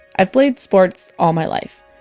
i've played sports all my life.